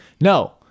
no